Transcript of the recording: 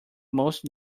most